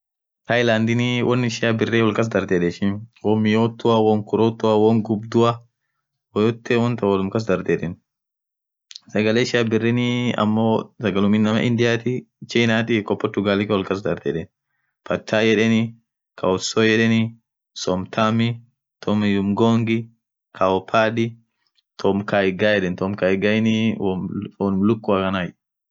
Thailand wonni ishin birri wolkasdherthi yedheni ishin wonn miyothua won khurothua wonn ghubdhua yote wonthan wolum kas dharthi yedheni sagale ishian birri ammo sagale inamaa indiati chinati iko Portugal wolkasdherthi patai yedheni kausoi yedheni somthami tom ngongi cow pad tom kainga yedheni tom kainganii wom fonn lukua Khanai